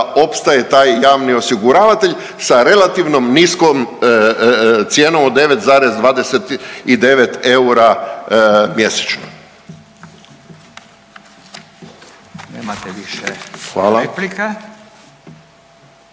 opstaje taj javni osiguravatelj sa relativno niskom cijenom od 9,29 eura mjesečno.